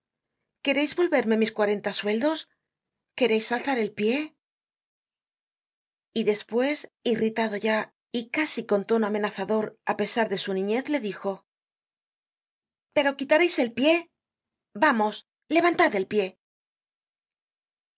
queréis volverme mis cuarenta sueldos queréis alzar el pie y despues irritado ya y casi con tono amenazador á pesar de su niñez le dijo pero quitareis el pie vamos levantad el pie ah